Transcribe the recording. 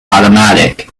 automatic